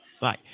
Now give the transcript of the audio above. Bye